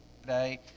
today